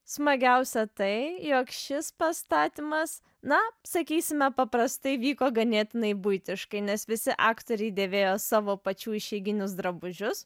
smagiausia tai jog šis pastatymas na sakysime paprastai vyko ganėtinai buitiškai nes visi aktoriai dėvėjo savo pačių išeiginius drabužius